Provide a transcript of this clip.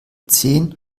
zehn